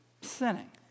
sinning